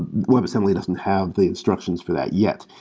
webassembly doesn't have the instructions for that yet.